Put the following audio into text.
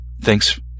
Thanks